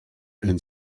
and